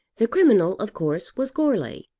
the criminal of course was goarly.